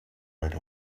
rode